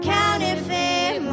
Counterfeit